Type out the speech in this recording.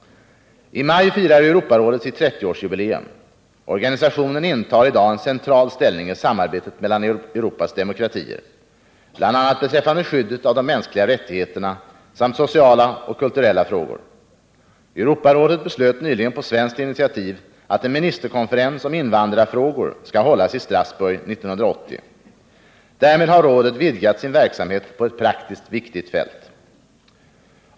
I maj firar Europarådet sitt 30-årsjubileum. Organisationen intar i dag en central ställning i samarbetet mellan Europas demokratier, bl.a. beträffande skyddet av de mänskliga rättigheterna samt sociala och kulturella frågor. Europarådet beslöt nyligen på svenskt initiativ att en ministerkonferens om invandrarfrågor skall hållas i Strasbourg 1980. Därmed har rådet vidgat sin verksamhet på ett praktiskt viktigt fält.